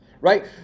right